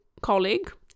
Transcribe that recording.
colleague